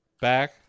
back